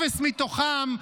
אפס מתוכם,